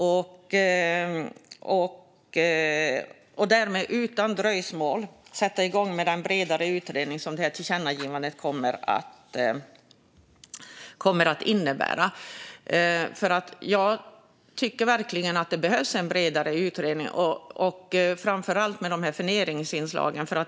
Tänker han utan dröjsmål sätta igång med den bredare utredning som detta tillkännagivande handlar om? Jag tycker verkligen att det behövs en bredare utredning, framför allt vad gäller förnedringsinslagen.